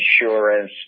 insurance